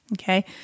okay